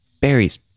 Berries